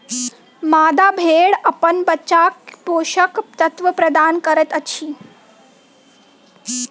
मादा भेड़ अपन बच्चाक पोषक तत्व प्रदान करैत अछि